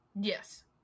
Yes